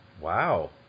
Wow